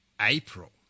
April